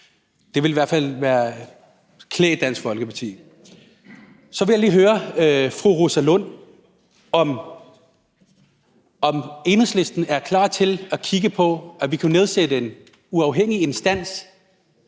Det ville i hvert fald klæde Dansk Folkeparti. Så vil jeg lige høre fru Rosa Lund, om Enhedslisten er klar til at kigge på, at vi kunne nedsætte en uafhængig instans,